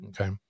Okay